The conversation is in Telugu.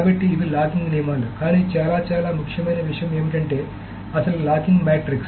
కాబట్టి ఇవి లాకింగ్ నియమాలు కానీ చాలా చాలా ముఖ్యమైన విషయం ఏమిటంటే అసలు లాకింగ్ మ్యాట్రిక్స్